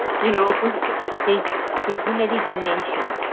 you know there's there's another dimension,